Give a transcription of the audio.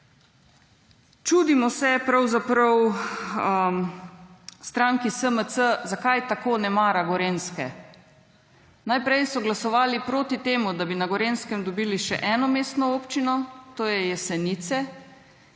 Čudimo se stranki SMC, zakaj tako na mara Gorenjske. Najprej so glasovali proti temu, da bi na Gorenjskem dobili še eno mestno občino, to so Jesenice,